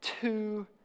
Two